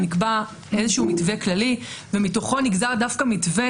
נקבע איזשהו מתווה כללי ומתוכו נגזר דווקא מתווה